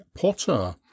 potter